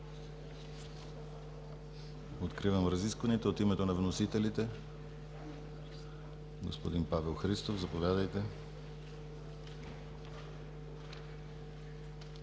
Откривам разискванията. От името на вносителите – господин Павел Христов, заповядайте.